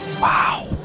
Wow